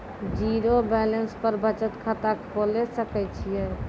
Zero balance पर बचत खाता खोले सकय छियै?